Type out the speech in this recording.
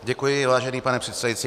Děkuji, vážený pane předsedající.